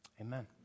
Amen